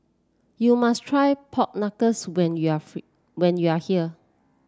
you must try Pork Knuckle when you are feel when you are here